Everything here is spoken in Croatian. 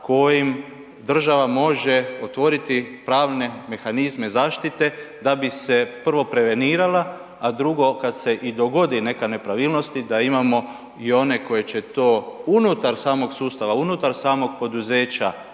kojim država može otvoriti pravne mehanizme zaštite da bi se, prvo prevenirala, a drugo, kad se i dogodi neka nepravilnosti, da imamo i one koji će to unutar samog sustava, unutar samog poduzeća